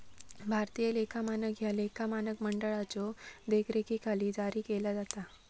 भारतीय लेखा मानक ह्या लेखा मानक मंडळाच्यो देखरेखीखाली जारी केला जाता